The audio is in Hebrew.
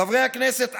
חברי הכנסת,